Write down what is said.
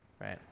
right